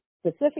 specific